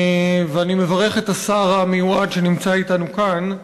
ואני מברך את השר המיועד, שנמצא אתנו כאן.